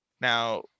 Now